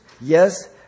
Yes